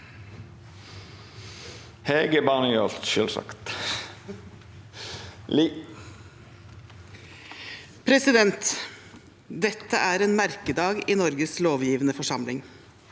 Dette er en merkedag i Norges lovgivende forsamling.